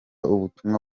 ubutumwa